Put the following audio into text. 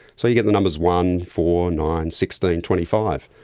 so you get the numbers one, four, nine, sixteen, twenty five.